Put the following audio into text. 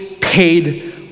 paid